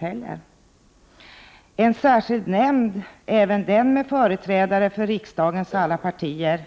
Vi föreslår en särskild nämnd, även den med företrädare för riksdagens alla partier.